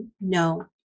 No